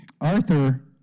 Arthur